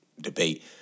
debate